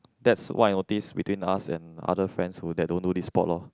that's what I notice between us and our friends who don't do this sport loh